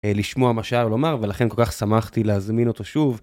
לשמוע מה שהיה לו לומר, ולכן כל כך שמחתי להזמין אותו שוב.